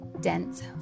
dense